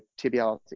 tibial